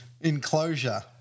enclosure